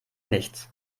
nichts